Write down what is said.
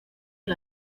del